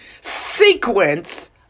sequence